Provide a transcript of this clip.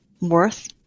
worth